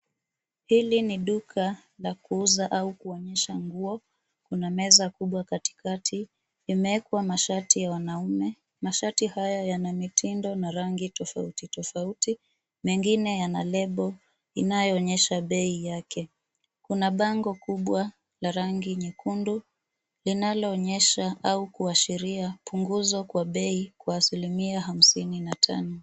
Hili ni duka la kuuza au kuonyesha nguo. Kuna meza kubwa katikati, limewekwa mashati ya wanaume. Mashati haya yana mitindo na rangi tofauti tofauti. Mengine yana lebo inayo onyesha bei yake. Kuna bango kubwa la rangi nyekundu linalo onyesha au kuashiria punguzo kwa bei kwa asilimia hamsini na tano.